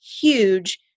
huge